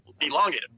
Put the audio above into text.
elongated